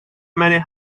many